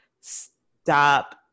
stop